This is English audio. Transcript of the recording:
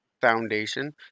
foundation